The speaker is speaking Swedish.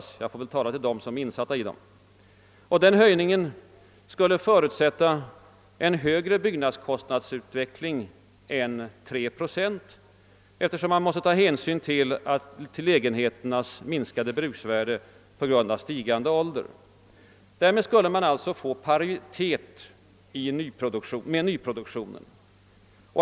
Den höjningen skulle förutsätta en högre byggnadskostnadsutveckling än 3 procent, eftersom man måste ta hänsyn till lägenheternas minskade bruksvärde på grund av stigande ålder. Därmed skulle man alltså nå »paritet» med nyproduktionen.